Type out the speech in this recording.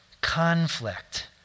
conflict